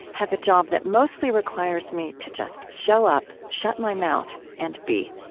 have a job that mostly requires me to just show up, shut my mouth, and be.